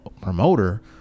promoter